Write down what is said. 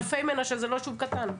אלפי מנשה זה לא יישוב קטן,